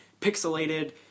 pixelated